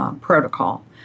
protocol